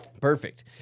Perfect